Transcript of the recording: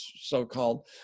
so-called